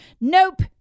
Nope